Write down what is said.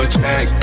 check